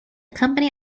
company